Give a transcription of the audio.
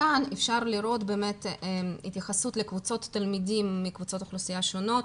כאן אפשר לראות התייחסות לקבוצות תלמידים מקבוצות אוכלוסייה שונות.